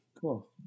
Cool